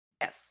Yes